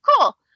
cool